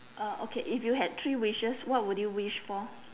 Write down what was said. uh okay if you had three wishes what would you wish for